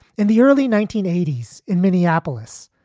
in the early nineteen eighty s in minneapolis,